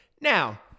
Now